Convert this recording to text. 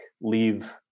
leave